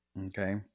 okay